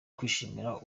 kwishimira